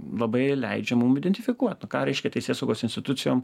labai leidžia mum identifikuot nu ką reiškia teisėsaugos institucijom